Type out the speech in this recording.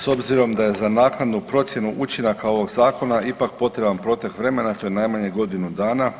S obzirom da je za naknadnu procjenu učinaka ovog zakona ipak potreban protek vremena, to je najmanje godinu dana.